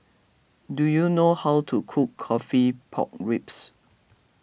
do you know how to cook Coffee Pork Ribs